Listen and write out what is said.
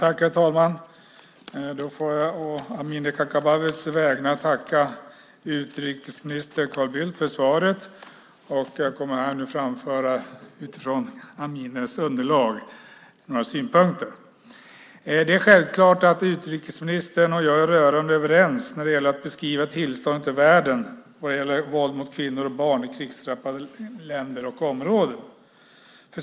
Herr talman! Å Amineh Kakabavehs vägnar tackar jag utrikesminister Carl Bildt för svaret. Jag kommer nu att framföra några synpunkter enligt Aminehs underlag. Det är självklart att utrikesministern och jag är rörande överens när det gäller att beskriva tillståndet i världen i fråga om våld mot kvinnor och barn i krigsdrabbade länder och områden.